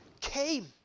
came